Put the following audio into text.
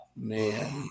Man